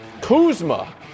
Kuzma